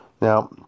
Now